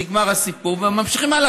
נגמר הסיפור וממשיכים הלאה,